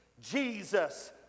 Jesus